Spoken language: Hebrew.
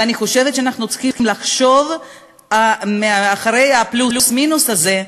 ואני חושבת שאנחנו צריכים לחשוב שמאחורי הפלוס-מינוס הזה,